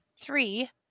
Three